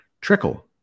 Trickle